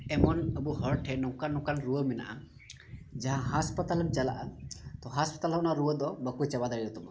ᱮᱢᱚᱱ ᱟᱵᱚ ᱦᱚᱲ ᱴᱷᱮᱱ ᱱᱚᱝᱠᱟ ᱱᱚᱝᱠᱟᱱ ᱨᱩᱣᱟᱹ ᱢᱮᱱᱟᱜᱼᱟ ᱡᱟᱦᱟᱸ ᱦᱟᱥᱯᱟᱛᱟᱞᱮᱢ ᱪᱟᱞᱟᱜᱼᱟ ᱛᱳ ᱦᱟᱥᱯᱟᱛᱟᱞ ᱦᱚᱸ ᱚᱱᱟ ᱨᱩᱣᱟᱹ ᱫᱚ ᱵᱟᱠᱚ ᱪᱟᱵᱟ ᱫᱟᱲᱮᱭᱟᱛᱟᱢᱟ